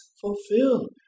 fulfilled